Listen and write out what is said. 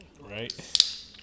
Right